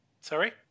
Sorry